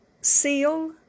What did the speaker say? seal